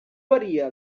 varia